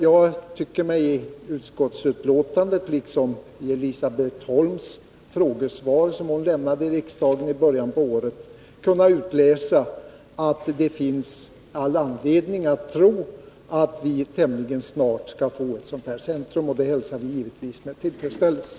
Jag tycker mig i utskottsbetänkandet liksom av det frågesvar som Elisabet Holm lämnade i början på året kunna utläsa att det finns all anledning att tro att vi tämligen snart skall få detta centrum, och det hälsar vi motionärer givetvis med tillfredsställelse.